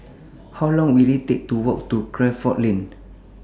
How Long Will IT Take to Walk to Crawford Lane